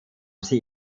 sie